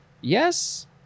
yes